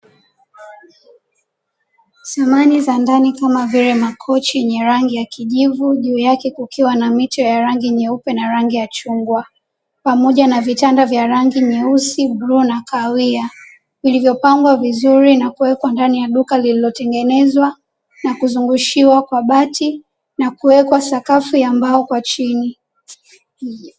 Samani za ndani kama vile; makochi yenye rangi ya kijivu, juu yake kukiwa na mito ya rangi nyeupe na rangi ya chungwa, pamoja na vitanda vya rangi ya nyeusi, bluu na kahawia, vilivyopangwa vizuri na kuwekwa ndani ya duka lililotengenezwa na kuzungushiwa kwa bati na kuwekwa sakafu ya mbao kwa chini.